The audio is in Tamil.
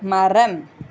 மரம்